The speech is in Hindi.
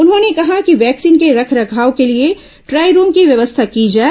उन्होंने कहा कि वैक्सीन के रखरखाव के लिए ड्राई रूम की व्यवस्था की जाए